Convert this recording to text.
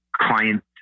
client